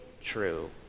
true